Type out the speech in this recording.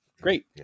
Great